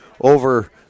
over